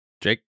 Jake